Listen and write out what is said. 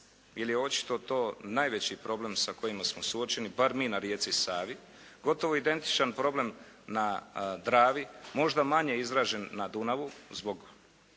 jer je očito to najveći problem sa kojim smo suočeni bar mi na rijeci Savi. Gotovo identičan problem na Dravi. Možda manje izražen na Dunavu zbog